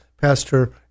Pastor